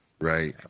right